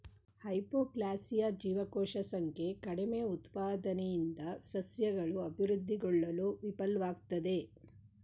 hypoplasia ಜೀವಕೋಶ ಸಂಖ್ಯೆ ಕಡಿಮೆಉತ್ಪಾದನೆಯಿಂದ ಸಸ್ಯಗಳು ಅಭಿವೃದ್ಧಿಗೊಳ್ಳಲು ವಿಫಲ್ವಾಗ್ತದೆ